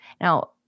Now